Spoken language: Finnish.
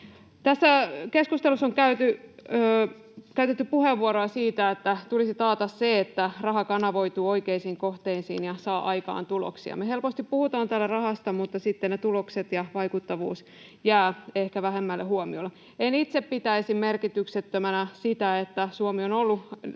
Tässä keskustelussa on käytetty puheenvuoroja siitä, että tulisi taata se, että raha kanavoituu oikeisiin kohteisiin ja saa aikaan tuloksia. Me helposti puhumme täällä rahasta, mutta sitten ne tulokset ja vaikuttavuus jäävät ehkä vähemmälle huomiolle. En itse pitäisi merkityksettömänä sitä, että Suomi on ollut